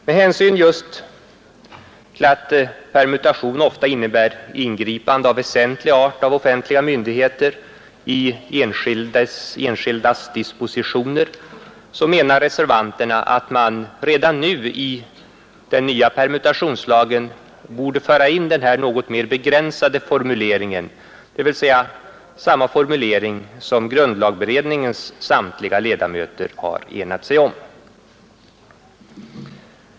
Med hänsyn just till att permutation ofta innebär ingripande av väsentlig art av offentliga myndigheter i enskildas dispositioner anser vi reservanter att man redan nu i den nya permutationslagen borde föra in den här något mer begränsade formuleringen, dvs. samma formulering som grundlagberedningens samtliga ledamöter har enat sig om.